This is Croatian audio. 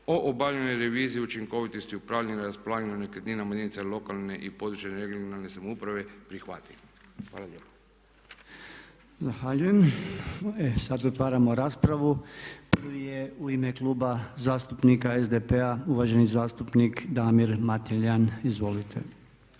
o obavljenoj reviziji i učinkovitosti upravljanja i raspolaganja nekretninama jedinice lokalne i područne regionalne samouprave prihvatljiv. Hvala lijepa. **Podolnjak, Robert (MOST)** Zahvaljujem. E sad otvaramo raspravu. U ime Kluba zastupnika SDP-a uvaženi zastupnik Damir Mateljan. Izvolite.